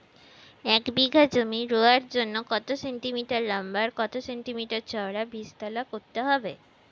এক বিঘা জমি রোয়ার জন্য কত সেন্টিমিটার লম্বা আর কত সেন্টিমিটার চওড়া বীজতলা করতে হবে?